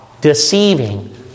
Deceiving